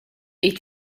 est